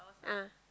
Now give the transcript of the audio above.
ah